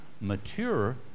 mature